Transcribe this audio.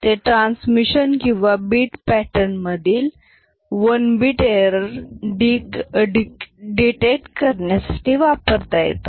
ते ट्रान्समिशन किंवा bit pattern मधील वन बीट एरर डीटेक्ट करण्यासाठी वापरता येतं